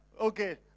okay